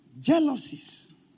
jealousies